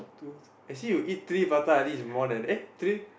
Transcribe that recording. two I see you eat three prata at least it's more than eh three